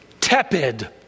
tepid